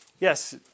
Yes